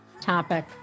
topic